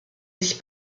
sich